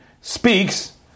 speaks